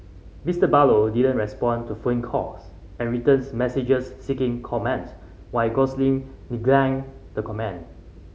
Mister Barlow didn't respond to phone calls and written messages seeking comment while Gosling declined to comment